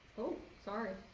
oh, sorry.